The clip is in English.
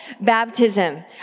baptism